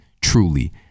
Truly